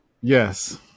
Yes